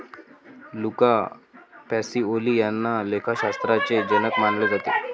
Luca Pacioli यांना लेखाशास्त्राचे जनक मानले जाते